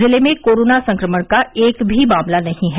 जिले में कोरोना संक्रमण का एक भी मामला नहीं है